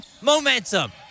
momentum